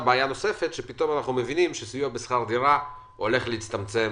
פתאום אנחנו מבינים שסיוע בשכר דירה הולך להצטמצם.